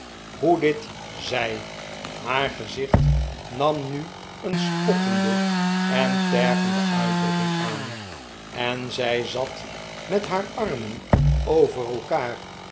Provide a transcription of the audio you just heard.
hoe dit zij haar gezicht nam nu een spottende en tergende uitdrukking aan en zij zat met haar armen over elkaar